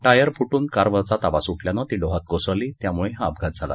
tyre फुट्टन कारवरचा ताबा सुटल्यानं ती डोहात कोसळली त्यामुळे हा अपघात झाला